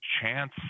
chance